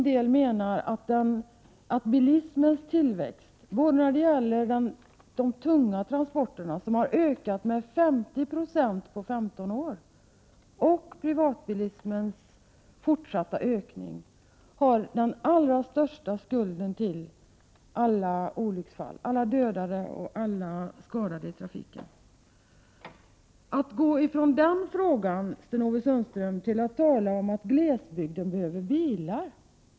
Jag menar för min del att de tunga transporterna, som har ökat med 50 20 på 15 år, och privatbilismens fortsatta ökning har den allra största skulden för alla olycksfall, alla dödade och skadade i trafiken. Sten-Ove Sundström går från den frågan till att tala om att glesbygden behöver bilar.